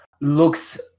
looks